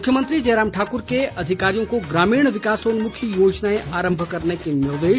मुख्यमंत्री जयराम ठाकूर के अधिकारियों को ग्रामीण विकासोन्नमुखी योजनाएं आरंभ करने के निर्देश